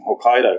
Hokkaido